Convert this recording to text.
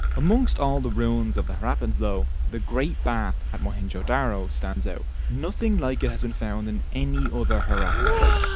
amongst all the ruins of the harappans, the great bath at mohenjo-daro stands out. nothing like it has been found in any other harappan site.